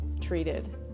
treated